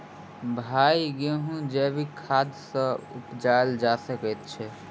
भाई गेंहूँ जैविक खाद सँ उपजाल जा सकै छैय?